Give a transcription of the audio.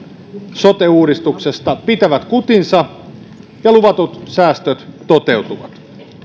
sote uudistuksesta pitävät kutinsa ja luvatut säästöt toteutuvat